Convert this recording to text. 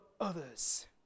others